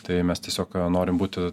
tai mes tiesiog norim būti